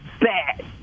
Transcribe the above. bad